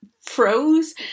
froze